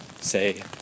say